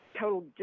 total